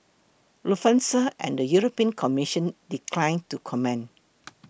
Lufthansa and the European Commission declined to comment